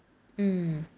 hmm